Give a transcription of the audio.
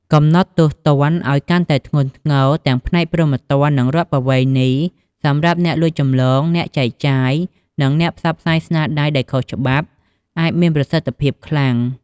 កំណត់ទោសទណ្ឌឱ្យកាន់តែធ្ងន់ធ្ងរទាំងផ្នែកព្រហ្មទណ្ឌ និងរដ្ឋប្បវេណីសម្រាប់អ្នកលួចចម្លង អ្នកចែកចាយ និងអ្នកផ្សព្វផ្សាយស្នាដៃដោយខុសច្បាប់ អាចមានប្រសិទ្ធភាពខ្លាំង។